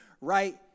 right